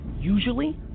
usually